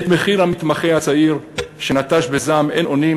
את מחיר המתמחה הצעיר שנטש בזעם אין-אונים